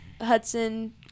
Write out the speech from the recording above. Hudson